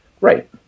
Right